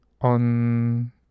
on